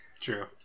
True